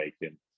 bacon